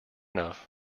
enough